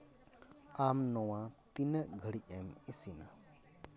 ᱟᱢ ᱱᱚᱣᱟ ᱛᱤᱱᱟᱹᱜ ᱜᱷᱟᱹᱲᱤᱡ ᱮᱢ ᱤᱥᱤᱱᱟ